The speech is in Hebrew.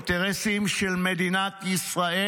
אינטרסים של מדינת ישראל?